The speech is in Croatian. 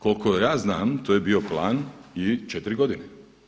Koliko ja znam to je bio plan i četiri godine.